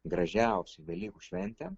gražiausia velykų šventė